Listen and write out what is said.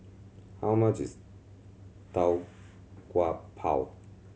how much is Tau Kwa Pau